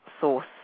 source